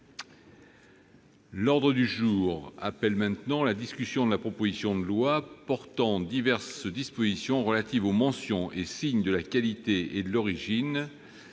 ! Nous reprenons la discussion de la proposition de loi portant diverses dispositions relatives aux mentions et signes de la qualité et de l'origine